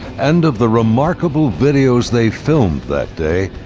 and of the remarkable videos they filmed that day,